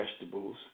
vegetables